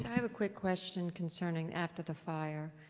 have a quick question concerning after the fire.